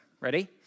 Ready